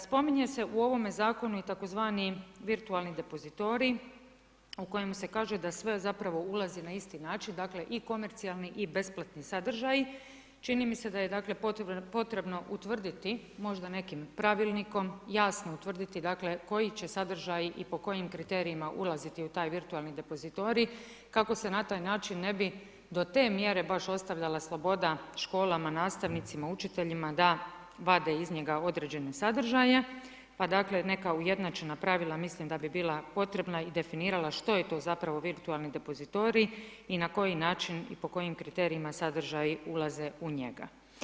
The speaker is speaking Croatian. Spominje se u ovom zakonu i tzv. virtualni depozitorij u koje se kaže da sve zapravo ulazi na isti način, dakle i komercijalni i besplatni sadržaji, čini mi se da je dakle potrebno utvrditi možda nekim pravilnikom, jasno utvrditi dakle koji će sadržaji i po kojim kriterijima ulaziti u taj virtualni depozitorij kako se na taj način ne bi do te mjere baš ostavljala sloboda školama, nastavnicima, učiteljima da vade iz njega određene sadržaje pa dakle, neka ujednačena pravila mislim da bi bila potrebna i definirala što je to zapravo virtualni depozitorij i na koji način i po kojim kriterijima sadržaju ulaze u njega.